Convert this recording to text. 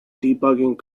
debugging